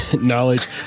knowledge